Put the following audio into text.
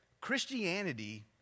Christianity